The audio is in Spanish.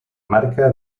marca